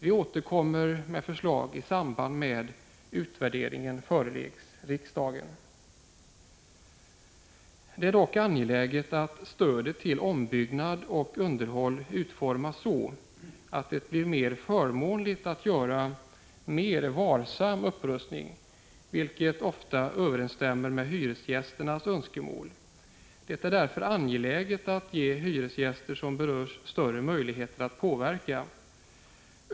Vi återkommer med förslag i samband med att utvärderingen föreläggs riksdagen. Det är dock angeläget att stödet till ombyggnad och underhåll utformas så, att det blir förmånligare att göra en mer varsam upprustning, vilket ofta överensstämmer med hyresgästernas önskemål. Det är därför angeläget att ge de hyresgäster som berörs större möjligheter att påverka.